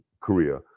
Korea